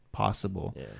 possible